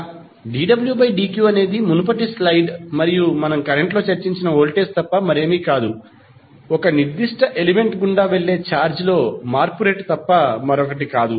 dwdq అనేది మునుపటి slide మరియు కరెంట్లో మనం చర్చించిన వోల్టేజ్ తప్ప మరేమీ కాదు ఒక నిర్దిష్ట ఎలిమెంట్ గుండా వెళ్ళే ఛార్జ్ లో మార్పు రేటు తప్ప మరొకటి కాదు